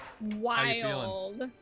Wild